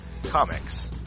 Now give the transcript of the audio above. Comics